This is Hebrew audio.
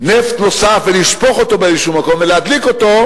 נפט נוסף ולשפוך אותו באיזה מקום, ולהדליק אותו,